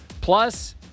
Plus